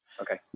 Okay